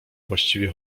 właściwie